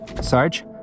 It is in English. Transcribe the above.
Sarge